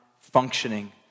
functioning